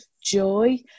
joy